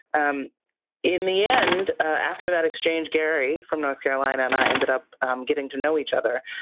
um in the end, after that exchange, gary from north carolina and i ended up um getting to know each other.